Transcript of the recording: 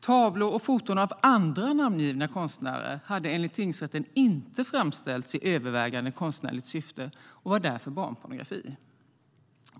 Tavlor och foton av andra namngivna konstnärer hade enligt tingsrätten inte framställts i övervägande konstnärligt syfte och var därför barnpornografi.